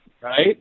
right